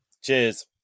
cheers